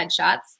headshots